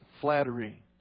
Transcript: flattery